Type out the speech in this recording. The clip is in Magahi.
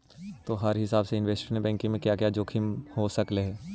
तोहार हिसाब से इनवेस्टमेंट बैंकिंग में क्या क्या जोखिम हो सकलई हे